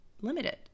limited